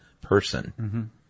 person